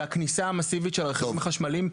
בכניסה המסיבית של רכבים חשמליים,